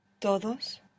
Todos